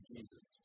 Jesus